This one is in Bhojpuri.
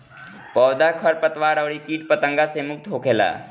पौधा खरपतवार अउरी किट पतंगा से मुक्त होखेला